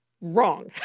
wrong